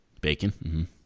bacon